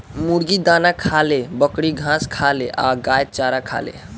मुर्गी दाना खाले, बकरी घास खाले आ गाय चारा खाले